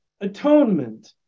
atonement